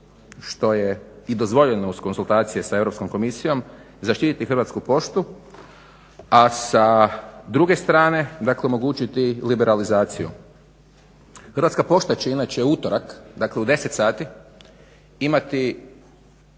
što je i dozvoljeno i uz konzultacije sa Europskom komisijom zaštititi Hrvatsku poštu a sa druge strane omogućiti liberalizaciju. Hrvatska pošta će inače u utorak, dakle u 10 sati imati